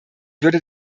würde